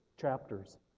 chapters